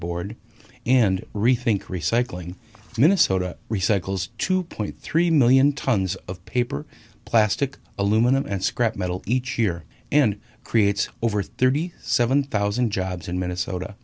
board and rethink recycling minnesota recycles two point three million tons of paper plastic aluminum and scrap metal each year in creates over thirty seven thousand jobs in minnesota